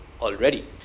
already